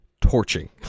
torching